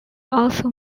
also